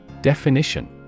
Definition